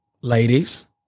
ladies